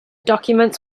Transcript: documents